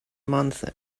month